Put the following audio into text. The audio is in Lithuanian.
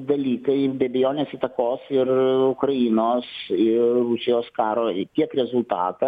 dalykai be abejonės įtakos ir ukrainos ir rusijos karo tiek rezultatą